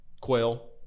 Quail